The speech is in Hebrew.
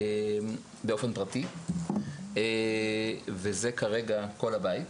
באופן פרטי, וזה כל הבית כרגע,